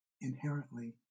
inherently